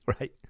right